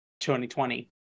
2020